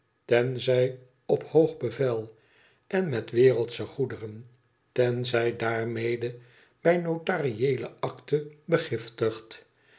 tenzij op hoog bevel en met wereldsche goederen tenzij daarmede bij notarieele akte begiftigd